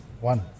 One